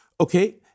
Okay